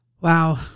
Wow